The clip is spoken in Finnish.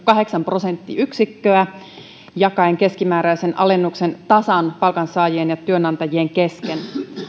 kahdeksan prosenttiyksikköä jakaen keskimääräisen alennuksen tasan palkansaajien ja työnantajien kesken